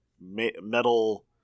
metal